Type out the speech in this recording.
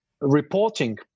reporting